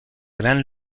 gran